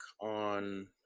on